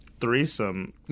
threesome